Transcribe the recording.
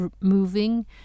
moving